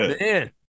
Man